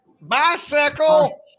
Bicycle